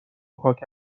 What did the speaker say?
خاک